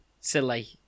silly